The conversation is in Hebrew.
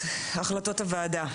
החלטות הוועדה.